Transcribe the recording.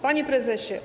Panie Prezesie!